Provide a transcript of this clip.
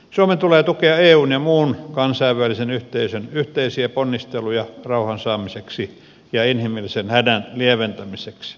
suomen tulee tukea eun ja muun kansainvälisen yhteisön yhteisiä ponnisteluja rauhan saamiseksi ja inhimillisen hädän lieventämiseksi